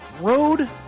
road